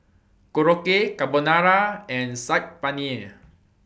Korokke Carbonara and Saag Paneer